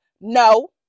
No